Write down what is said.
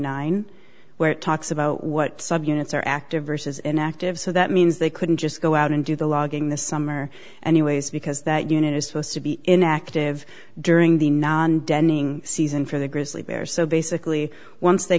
nine where it talks about what sub units are active versus inactive so that means they couldn't just go out and do the logging the summer and the ways because that unit is supposed to be inactive during the non denning season for the grizzly bear so basically once they